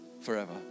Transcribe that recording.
forever